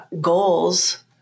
goals